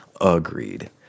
Agreed